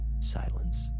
Silence